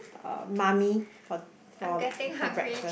uh Mamee for for for breakfast